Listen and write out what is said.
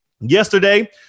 Yesterday